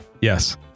Yes